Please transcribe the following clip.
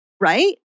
right